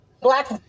Black